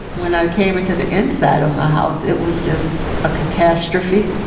when i came into the inside of my house, it was just a catastrophe.